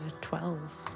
Twelve